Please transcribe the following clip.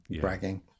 bragging